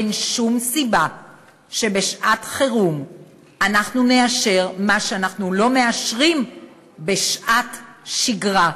אין שום סיבה שבשעת-חירום אנחנו נאשר מה שאנחנו לא מאשרים בשעת שגרה.